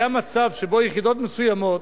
היה מצב שבו יחידות מסוימות